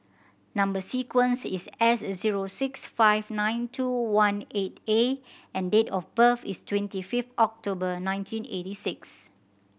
number sequence is S zero six five nine two one eight A and date of birth is twenty fifth October nineteen eighty six